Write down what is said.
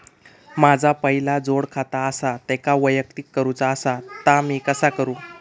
माझा पहिला जोडखाता आसा त्याका वैयक्तिक करूचा असा ता मी कसा करू?